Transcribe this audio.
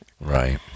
Right